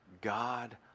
God